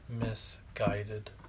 misguided